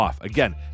Again